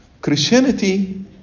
Christianity